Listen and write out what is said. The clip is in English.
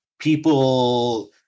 People